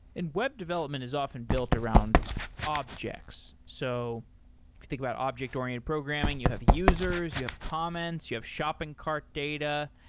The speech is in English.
and web development is often built around objects. so if you think about object oriented programming, you have users, you have comments, you have shopping cart data.